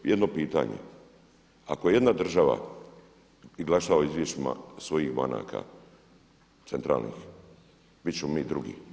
Jedno pitanje, ako jedna država i glasa o izvješćima svojih banaka centralnih, bit ćemo mi drugo.